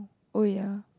oh ya